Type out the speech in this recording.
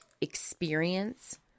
experience